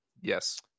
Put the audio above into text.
Yes